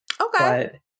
Okay